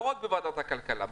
לא רק בוועדת הכלכלה,